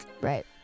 Right